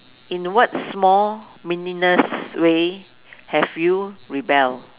in what small meaningless way have you rebelled